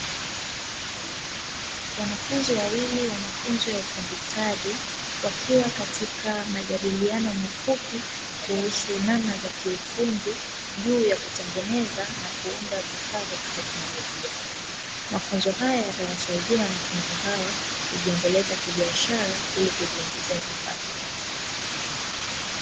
Wanafunzi wawili wa mafunzo ya ufundi stadi wakiwa katika majadiliano mafupi kuhusu namna za kiufundi juu ya kutengeneza na kuunda vifaa vya kiteknolojia, mafunzo haya yatawasaidia wanafunzi hawa kujiendeleza kibiashara ilikujiingizia kipato.